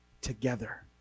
together